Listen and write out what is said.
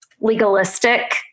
legalistic